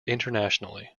internationally